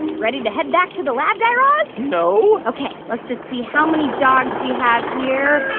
ready to head back to the lab, guy raz? no ok, let's just see how many dogs we have here.